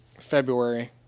February